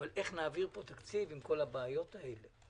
אבל איך נעביר פה תקציב עם כל הבעיות הקשות האלה?